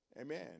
Amen